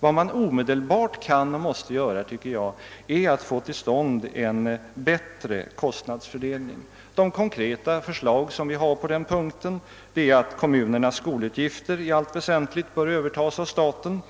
Vad man omedelbart kan och måste göra är att få till stånd en bättre kostnadsfördelning. De konkreta förslag som vi har på den punkten är att kommunernas skolutgifter i väsentlig grad bör övertas av staten,